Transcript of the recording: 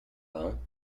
war